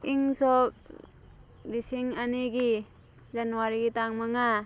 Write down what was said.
ꯏꯪ ꯁꯣꯛ ꯂꯤꯁꯤꯡ ꯑꯅꯤꯒꯤ ꯖꯅꯋꯥꯔꯤꯒꯤ ꯇꯥꯡ ꯃꯉꯥ